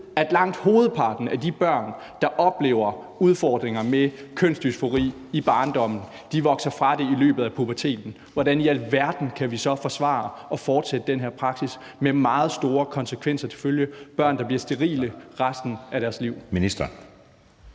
at langt hovedparten af de børn, der oplever udfordringer med kønsdysfori i barndommen, vokser fra det i løbet af puberteten, hvordan i alverden kan vi så forsvare at fortsætte den her praksis med meget store konsekvenser til følge, med børn, der bliver sterile resten af deres liv?